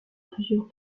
plusieurs